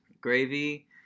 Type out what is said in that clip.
Gravy